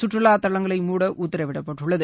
கற்றுலா தளங்களை மூட உத்தரவிடப்பட்டுள்ளது